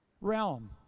realm